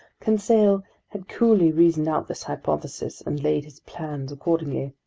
conseil had coolly reasoned out this hypothesis and laid his plans accordingly.